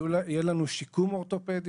יהיה לנו שיקום אורתופדי,